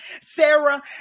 Sarah